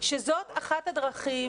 זאת אחת הדרכים,